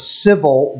civil